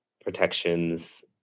protections